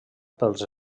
pels